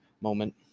moment